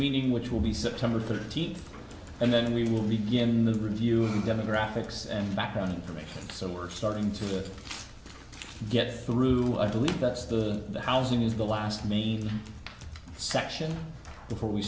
meeting which will be september thirteenth and then we will begin the review demographics and background information so we're starting to get through i believe that's the housing is the last main section before we